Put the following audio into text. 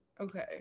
okay